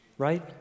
Right